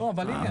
אבל הנה.